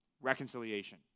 reconciliation